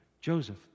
Joseph